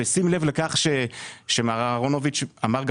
בשים לב לכך שמר אהרונוביץ אמר גם